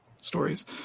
stories